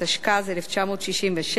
התשכ"ז 1967,